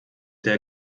der